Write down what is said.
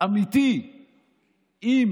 אמיתי עם